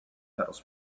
pedals